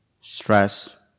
stress